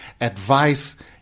advice